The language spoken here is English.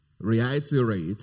reiterate